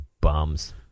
bums